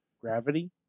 gravity